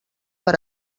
per